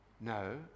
No